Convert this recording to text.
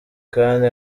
kandi